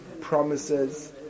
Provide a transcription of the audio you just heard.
promises